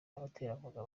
abaterankunga